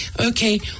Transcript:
Okay